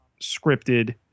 scripted